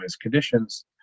conditions